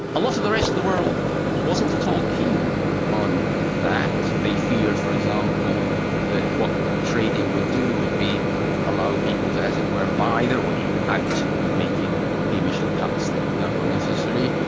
a lot of the rest of the world wasn't at all keen on that. they feared for example that what trading would do would allow people to, as it were, buy their way out of making the emission cuts that that were necessary.